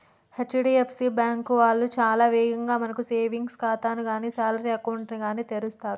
HDFC bank వాళ్ళు చాలా వేగంగా మనకు సేవింగ్స్ ఖాతాని గానీ శాలరీ అకౌంట్ ని గానీ తెరుస్తరు